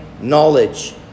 knowledge